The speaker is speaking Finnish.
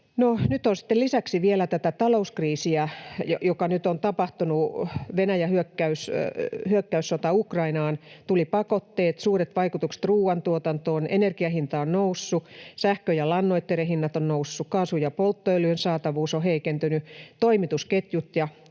sitten lisäksi vielä tätä talouskriisiä, joka nyt on tapahtunut — Venäjän hyökkäyssota Ukrainaan, tuli pakotteet, suuret vaikutukset ruuantuotantoon, energian hinta on noussut, sähkön ja lannoitteiden hinnat ovat nousseet, kaasun ja polttoöljyn saatavuus on heikentynyt, toimitusketjut ja